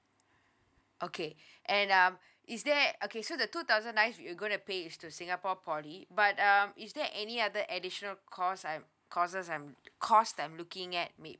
okay and um is there okay so the two thousand nine we going to into singapore poly but um is there any other additional cost I'm costs I'm cost that I'm looking at may